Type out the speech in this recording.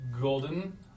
golden